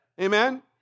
Amen